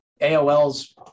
AOL's